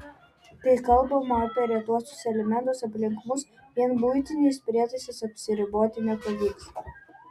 kai kalbama apie retuosius elementus aplink mus vien buitiniais prietaisais apsiriboti nepavyks